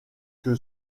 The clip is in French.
que